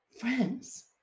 Friends